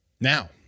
Now